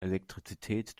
elektrizität